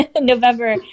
november